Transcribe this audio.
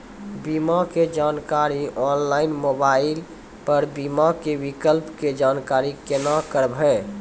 बीमा के जानकारी ऑनलाइन मोबाइल पर बीमा के विकल्प के जानकारी केना करभै?